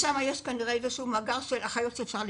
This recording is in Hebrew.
שם יש כנראה מאגר של אחיות שאפשר לקלוט.